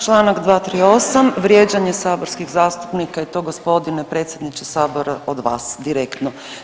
Čl. 238. vrijeđanje saborskih zastupnika i to gospodine predsjedniče sabora od vas direktno.